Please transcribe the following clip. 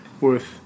worth